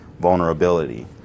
vulnerability